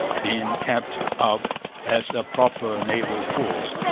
been kept up as a proper naval force,